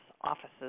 offices